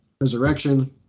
Resurrection